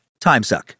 TimeSuck